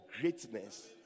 greatness